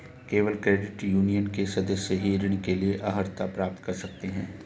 केवल credit union के सदस्य ही ऋण के लिए अर्हता प्राप्त कर सकते हैं